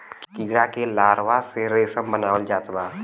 कीड़ा के लार्वा से रेशम बनावल जात बा